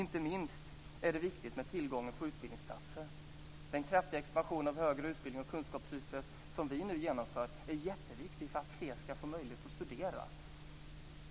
Inte minst är tillgången till utbildningsplatser viktig. Den kraftiga expansion av högre utbildning som vi nu genomför i kunskapslyftet är jätteviktig för att fler ska få möjlighet att studera.